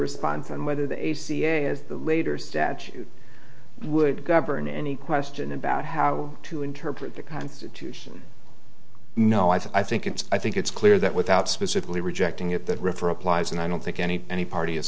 response and whether they see a as the later statute would govern any question about how to interpret the constitution no i think it's i think it's clear that without specifically rejecting it that river applies and i don't think any any party